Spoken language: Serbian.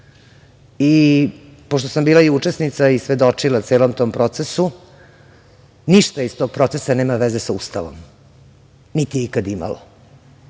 sam bila i učesnica i svedočila celom tom procesu, ništa iz tog procesa nema veze sa Ustavom, niti je ikada imalo,